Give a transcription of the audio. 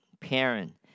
parent